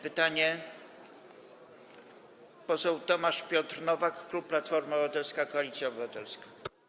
Pytanie zadaje poseł Tomasz Piotr Nowak, klub Platforma Obywatelska - Koalicja Obywatelska.